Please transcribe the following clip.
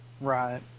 Right